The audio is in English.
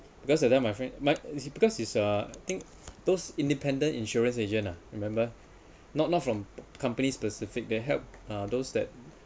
because of that my friend mike is it because it's a think those independent insurance agent ah remember not not from company specific they help uh those that